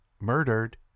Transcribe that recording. murdered